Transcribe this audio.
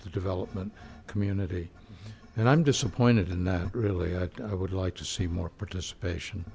development community and i'm disappointed in that really i would like to see more participation